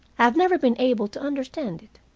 i have never been able to understand it.